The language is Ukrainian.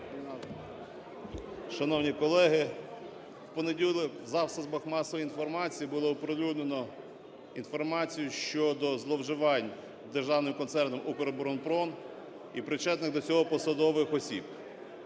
Шановні колеги, в понеділок в засобах масової інформації було оприлюднено інформацію щодо зловживань Державним концерном "Укроборонпром" і причетних до цього посадових осіб.